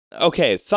Okay